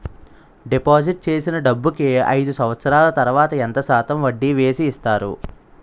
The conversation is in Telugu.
డిపాజిట్ చేసిన డబ్బుకి అయిదు సంవత్సరాల తర్వాత ఎంత శాతం వడ్డీ వేసి ఇస్తారు?